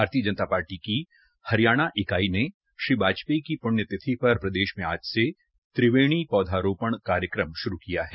भारतीय जनता पार्टी की हरियाणा इकाई ने श्री वाजपेयी की पृण्यतिथि पर प्रदेश में आज से त्रिवेणी पौधारोपण कार्यक्रम शुरू किया है